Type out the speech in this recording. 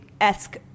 esque